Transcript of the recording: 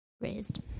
raised